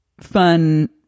fun